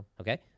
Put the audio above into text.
Okay